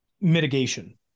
mitigation